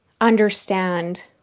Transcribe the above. understand